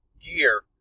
gear